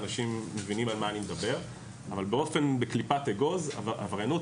אנשים מבינים על מה אני מדבר אבל בקליפת אגוז עבריינות